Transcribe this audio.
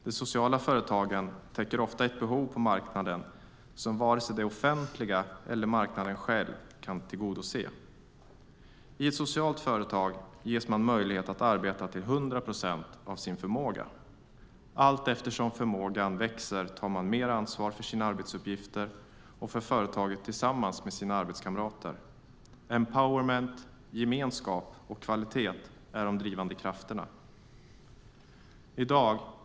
De sociala företagen täcker ofta ett behov på marknaden som varken det offentliga eller marknaden själv kan tillgodose. I ett socialt företag ges man möjlighet att arbeta till hundra procent av sin förmåga. Allteftersom förmågan växer tar man mer ansvar för sina arbetsuppgifter och för företaget tillsammans med sina arbetskamrater. Empowerment, gemenskap och kvalitet är de drivande krafterna.